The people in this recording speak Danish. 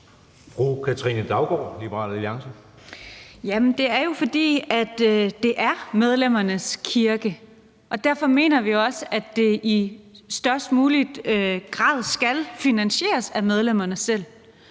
Det er jo, fordi det er medlemmernes kirke, og derfor mener vi også, at det i størst mulig grad skal finansieres af medlemmerne selv.